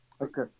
Okay